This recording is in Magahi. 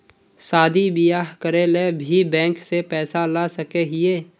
शादी बियाह करे ले भी बैंक से पैसा ला सके हिये?